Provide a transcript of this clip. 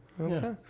okay